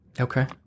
Okay